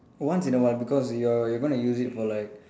once in a while because your you're going to use it for like